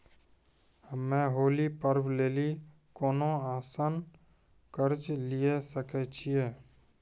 हम्मय होली पर्व लेली कोनो आसान कर्ज लिये सकय छियै?